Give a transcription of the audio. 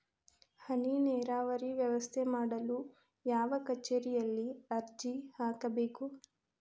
ಹನಿ ನೇರಾವರಿ ವ್ಯವಸ್ಥೆ ಮಾಡಲು ಯಾವ ಕಚೇರಿಯಲ್ಲಿ ಅರ್ಜಿ ಹಾಕಬೇಕು?